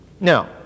Now